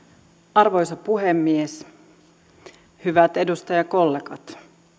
arvoisa puhemies hyvät edustajakollegat